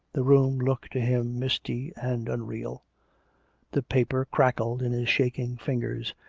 the room looked to him misty and unreal the paper crackled in his shaking fingers,